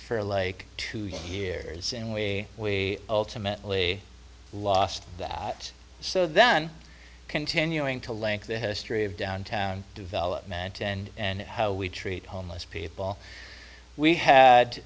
for like two years and we we ultimately lost that so then continuing to link the history of downtown development and how we treat homeless people we had